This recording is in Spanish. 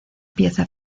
pieza